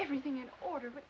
everything in order but